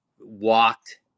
walked